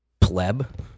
pleb